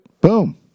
boom